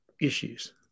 issues